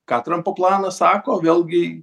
ką trampo planas sako vėlgi